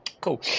cool